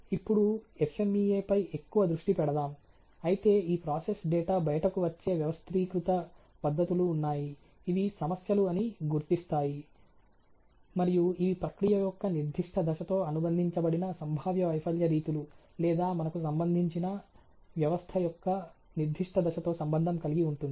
ఇప్పుడు ఎఫ్ఎమ్ఇఎ పై ఎక్కువ దృష్టి పెడదాం అయితే ఈ ప్రాసెస్ డేటా బయటకు వచ్చే వ్యవస్థీకృత పద్ధతులు ఉన్నాయి ఇవి సమస్యలు అని గుర్తిస్తాయి మరియు ఇవి ప్రక్రియ యొక్క నిర్దిష్ట దశతో అనుబంధించబడిన సంభావ్య వైఫల్య రీతులు లేదా మనకు సంబంధించిన వ్యవస్థ యొక్క నిర్దిష్ట దశతో సంబంధం కలిగి ఉంటుంది